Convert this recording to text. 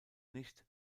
nicht